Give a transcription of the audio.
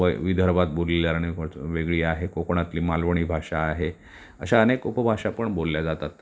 व विदर्भात बोलली वेगळी आहे कोकणातली मालवणी भाषा आहे अशा अनेक उपभाषा पण बोलल्या जातात